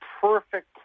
perfect